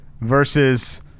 Versus